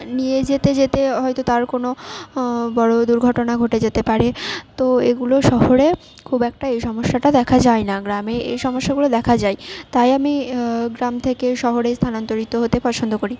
নিয়ে যেতে যেতে হয়তো তার কোনো বড়ো দুর্ঘটনা ঘটে যেতে পারে তো এগুলো শহরে খুব একটা এই সমস্যাটা দেখা যায় না গ্রামে এই সমস্যাগুলো দেখা যায় তাই আমি গ্রাম থেকে শহরে স্থানান্তরিত হতে পছন্দ করি